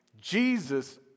Jesus